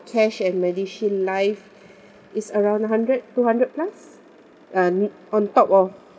cash and medishield life it's around a hundred two hundred plus uh on top of